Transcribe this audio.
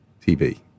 TV